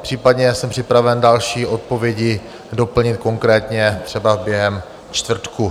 Případně jsem připraven další odpovědi doplnit konkrétně třeba během čtvrtka.